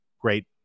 Great